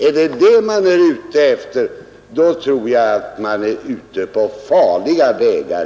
Är det vad man är ute efter, så tror jag att man är ute på farliga vägar.